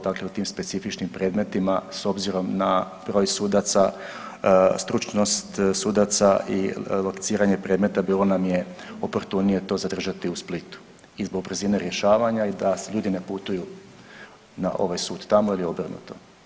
Dakle, u tim specifičnim predmetima s obzirom na broj sudaca, stručnost sudaca i lociranje predmeta bilo nam je oportunije to zadržati u Splitu i zbog brzine rješavanja i da ljudi ne putuju na ovaj sud tamo ili obrnuto.